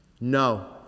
No